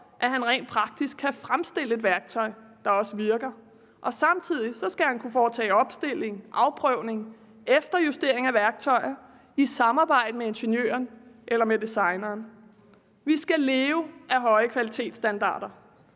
at han rent praktisk kan fremstille et værktøj, der også virker. Og samtidig skal han kunne foretage opstilling, afprøvning, efterjustering af værktøjet i samarbejde med ingeniøren eller designeren. Vi skal leve af høje kvalitetsstandarder,